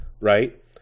right